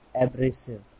Abrasive